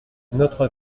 notre